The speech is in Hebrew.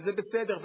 וזה בסדר,